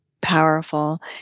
powerful